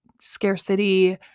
Scarcity